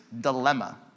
dilemma